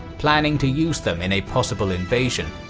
planning to use them in a possible invasion.